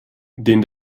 den